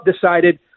decided